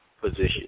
position